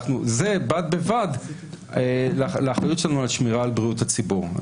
זה בד בבד לאחריות שלנו על בריאות הציבור.